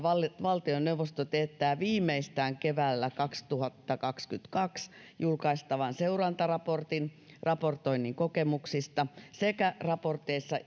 valtioneuvosto teettää viimeistään keväällä kaksituhattakaksikymmentäkaksi julkaistavan seurantaraportin raportoinnin kokemuksista sekä raporteissa